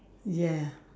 ya